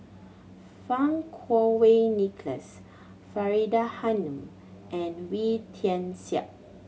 Fang Kuo Wei Nicholas Faridah Hanum and Wee Tian Siak